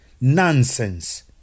nonsense